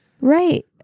Right